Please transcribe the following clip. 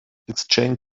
exchanged